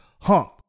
hump